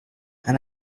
and